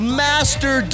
master